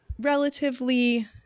relatively